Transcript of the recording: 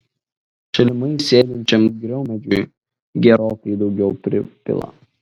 šalimais sėdinčiam griaumedžiui gerokai daugiau pripila